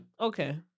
Okay